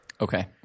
Okay